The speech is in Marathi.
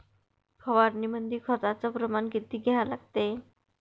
फवारनीमंदी खताचं प्रमान किती घ्या लागते?